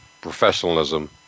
professionalism